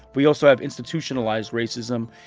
we also have institutionalized racism.